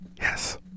yes